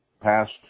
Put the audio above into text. past